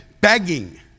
begging